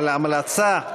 על ההמלצה,